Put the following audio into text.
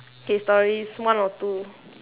K stories one or two